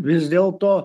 vis dėlto